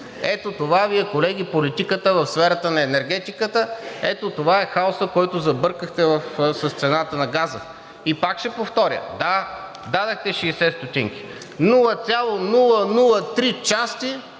Ето това Ви е, колеги, политиката в сферата на енергетиката. Ето това е хаосът, който забъркахте с цената на газа. И пак ще повторя, да, дадохте 60 стотинки – 0,003 части